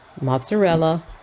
mozzarella